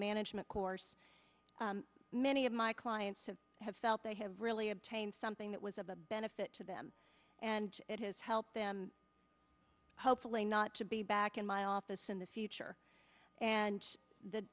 management course many of my clients who have felt they have really obtained something that was a benefit to them and it has helped them hopefully not to be back in my office in the future and the